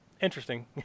interesting